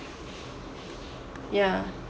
ya